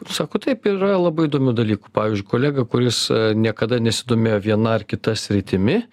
sako taip yra labai įdomių dalykų pavyzdžiui kolega kuris niekada nesidomėjo viena ar kita sritimi